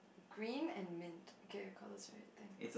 green and mint get the colours right I think